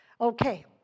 Okay